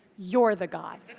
you're the god.